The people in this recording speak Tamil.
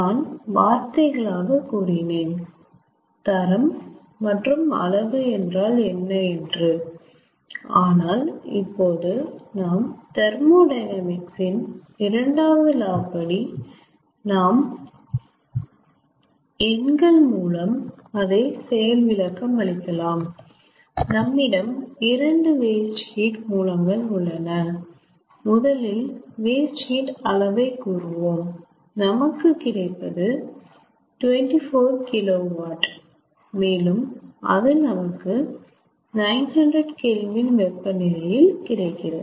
நான் வார்த்தைகளாக கூறினேன் தரம் மற்றும் அளவு என்றால் என்ன என்று ஆனால் இப்பொது நாம் தெர்மோடையனாமிக்ஸ் இன் இரண்டாவது லா படி நாம் எண்கள் மூலம் அதை செயல்விளக்கமளிக்கலாம் நம்மிடம் 2 வேஸ்ட் ஹீட் மூலங்கள் உள்ளன முதலில் வேஸ்ட் ஹீட் அளவை கூறுவோம் நமக்கு கிடைப்பது 24KW மேலும் அது நமக்கு 900K வெப்பநிலையில் கிடைக்கிறது